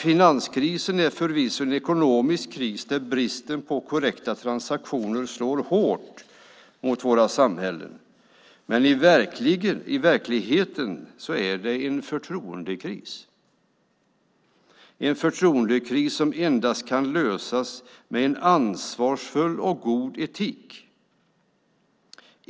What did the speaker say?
Finanskrisen är förvisso en ekonomisk kris där bristen på korrekta transaktioner slår hårt mot våra samhällen, men i verkligheten är det en förtroendekris. Det är en förtroendekris som endast kan lösas med en ansvarsfull och god etik.